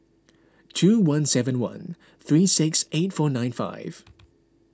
two one seven one three six eight four nine five